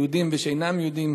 יהודים ושאינם יהודים,